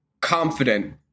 confident